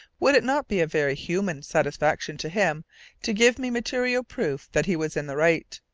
would it not be a very human satisfaction to him to give me material proof that he was in the right,